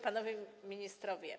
Panowie Ministrowie!